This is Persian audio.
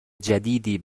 جدیدی